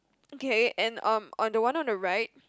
okay and um on the one on the right